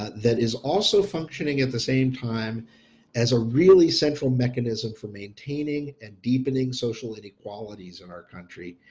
ah that is also functioning at the same time as a really central mechanism for maintaining and deepening social inequalities in our country.